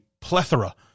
plethora